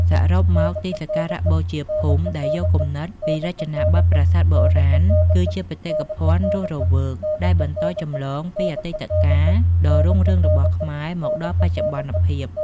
សរុបមក ទីសក្ការៈបូជាភូមិដែលយកគំនិតពីរចនាបថប្រាសាទបុរាណ គឺជា បេតិកភណ្ឌរស់រវើក ដែលបន្តចម្លងពីអតីតកាលដ៏រុងរឿងរបស់ខ្មែរ មកដល់បច្ចុប្បន្នភាព។